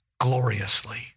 gloriously